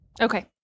Okay